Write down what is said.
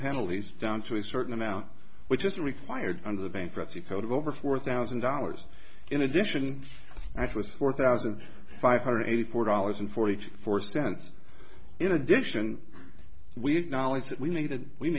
penalties down to a certain amount which is required under the bankruptcy code of over four thousand dollars in addition that's was four thousand five hundred eighty four dollars and forty four cents in addition we had knowledge that we needed we